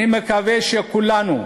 אני מקווה שכולנו,